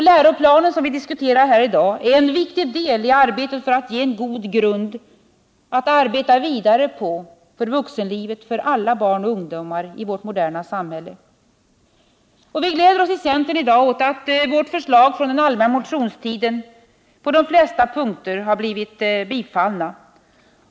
Läroplanen, som vi diskuterar här i dag, är en viktig del i arbetet för att ge en god grund att arbeta vidare på för vuxenlivet när det gäller alla barn och ungdomar i vårt moderna samhälle. Vi gläder oss i centern åt att våra förslag från den allmänna motionstiden i januari på de flesta punkter har blivit bifallna.